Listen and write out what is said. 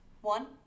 One